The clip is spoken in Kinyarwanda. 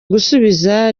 gusubiza